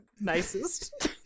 nicest